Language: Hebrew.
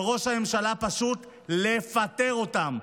על ראש הממשלה פשוט לפטר אותם,